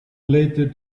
later